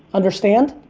understand?